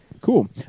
Cool